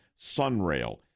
SunRail